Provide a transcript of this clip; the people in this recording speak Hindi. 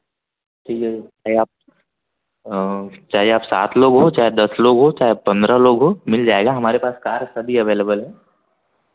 ठीक है चाहे आप सात लोग हो चाहे दस लोग हो चाहे पंद्रह लोग हो मिल जाएगा हमारे पास कार सभी अवेलबल हैं